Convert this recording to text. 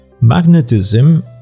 Magnetism